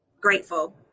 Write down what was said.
grateful